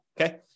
Okay